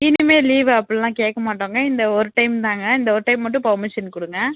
இனிமேல் லீவு அப்படிலாம் கேட்க மாட்டோங்க இந்த ஒரு டைம் தான்ங்க இந்த ஒரு டைம் மட்டும் பர்மிஷன் கொடுங்க